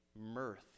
mirth